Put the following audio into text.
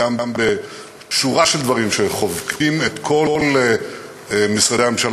וגם בשורה של דברים שחובקים את כל משרדי הממשלה.